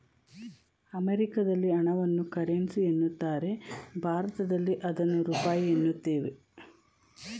ಅಮೆರಿಕದಲ್ಲಿ ಹಣವನ್ನು ಕರೆನ್ಸಿ ಎನ್ನುತ್ತಾರೆ ಭಾರತದಲ್ಲಿ ಅದನ್ನು ರೂಪಾಯಿ ಎನ್ನುತ್ತೇವೆ